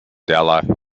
della